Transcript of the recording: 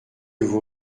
vous